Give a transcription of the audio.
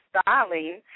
styling